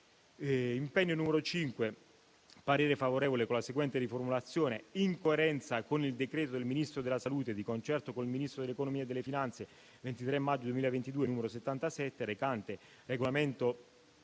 impegno il parere è favorevole, con la seguente riformulazione: «in coerenza con il decreto del Ministro della salute, di concerto con il Ministro dell'economia e delle finanze, del 23 maggio 2022, n. 77, recante «Regolamento